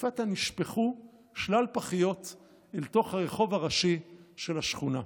לפתע נשפכו שלל פחיות אל תוך הרחוב הראשי של השכונה.